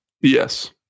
Yes